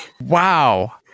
Wow